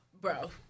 Bro